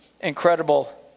incredible